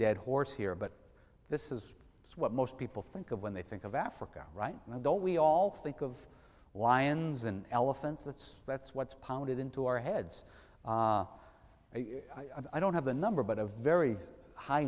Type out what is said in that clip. dead horse here but this is what most people think of when they think of africa right now don't we all think of why ends and elephants that's that's what's pounded into our heads i don't have a number but a very high